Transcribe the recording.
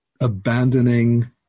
abandoning